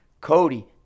Cody